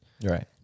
Right